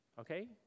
Okay